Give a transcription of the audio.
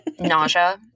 Nausea